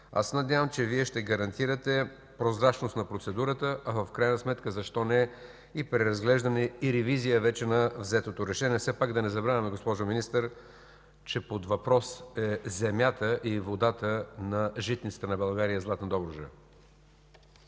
се надявам, че Вие ще гарантирате прозрачност на процедурата, а в крайна сметка защо не – преразглеждане и ревизия вече на взетото решение. Все пак да не забравяме, госпожо Министър, че под въпрос е земята и водата на житницата на България – Златна Добруджа.